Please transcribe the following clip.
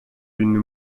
une